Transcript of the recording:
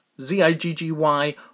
Z-I-G-G-Y